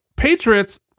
Patriots